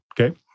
Okay